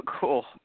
Cool